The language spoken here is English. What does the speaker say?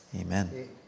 Amen